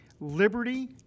liberty